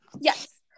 yes